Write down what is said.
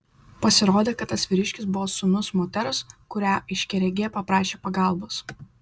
pasirodė kad tas vyriškis buvo sūnus moters kurią aiškiaregė paprašė pagalbos